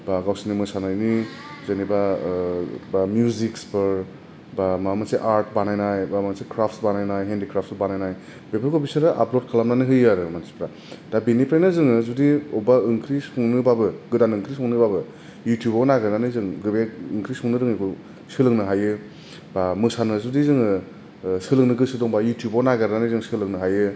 बा गावसोरनि मोसानायनि जेनबा बा मिउजिकसफोर बा माबा मोनसे आर्थ बानायनाय बा मोनसे ख्राफस बानायनाय हेनदिख्राफसफोर बानायनाय बेफोरखौ बिसोरो आफलद खालामनानै होयो आरो मानसिफोरा दा बेनिफ्राइनो जोङो जुदि बबेबा ओंख्रि संनोब्लाबो गोदान ओंख्रि संनोब्लाबो इउथुबाव नागिरनानै जों बे ओंख्रि संनो रोङैखौ सोलोंनो हायो बा मोसानो जुदि जोङो सोलोंनो गोसो दंबा इउथुबाव नागिरनानै जों सोलोंनो हायो